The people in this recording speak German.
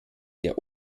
der